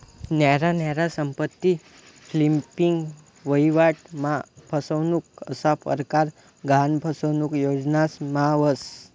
न्यारा न्यारा संपत्ती फ्लिपिंग, वहिवाट मा फसनुक असा परकार गहान फसनुक योजनास मा व्हस